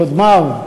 קודמיו.